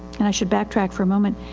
and i should backtrack for a moment.